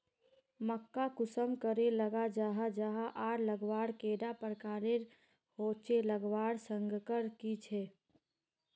मक्का कुंसम करे लगा जाहा जाहा आर लगवार कैडा प्रकारेर होचे लगवार संगकर की झे?